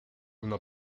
una